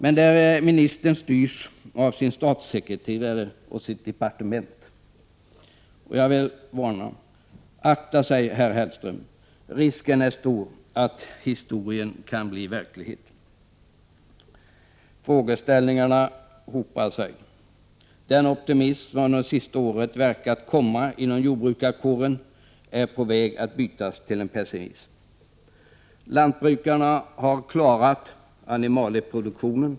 Där har vi en minister som styrs av sin statssekreterare och sitt departement. Men jag vill varna jordbruksministern: Akta sig, Mats Hellström! Risken är stor att historien kan bli verklighet! Frågeställningarna hopar sig. Den optimism som under senaste året verkat komma inom jordbrukarkåren är på väg att brytas av pessimism. Lantbrukarna har klarat animalieproduktionen.